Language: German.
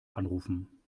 anrufen